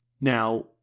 Now